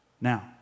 Now